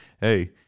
Hey